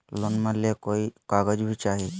लोनमा ले कोई कागज भी चाही?